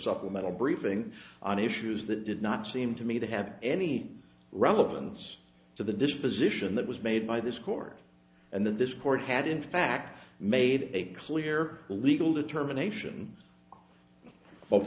supplemental briefing on issues that did not seem to me to have any relevance to the disposition that was made by this court and that this court had in fact made a clear legal determination both